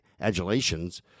adulations